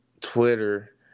Twitter